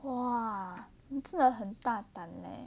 !wah! 你真的很大胆 leh